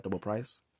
price